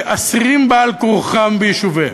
לאסירים בעל כורחם ביישוביהם.